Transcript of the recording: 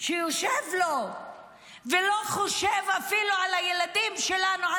יושב לו ולא חושב אפילו על הילדים שלנו,